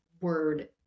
word